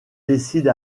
décide